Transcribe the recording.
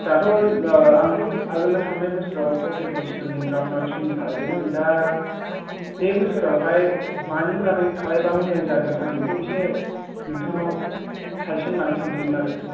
दाथ' आंथ' आगोलाव थांनाय बोसोराव पटेट'सफोरनि ग्राउन आर्टसफोरनि खालायदोंमोन दा बे बोसोरावहाय मानि बारै खालायबा मोजां जागोन आं बेखौ एसे नोंथांनाव साजिसन लानो सानदोंमोन आरो